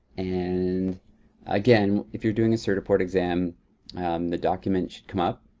and again, if you're doing a certaport exam the document should come up.